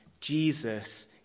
Jesus